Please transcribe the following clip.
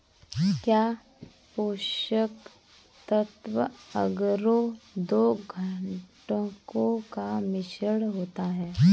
क्या पोषक तत्व अगरो दो घटकों का मिश्रण होता है?